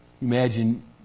Imagine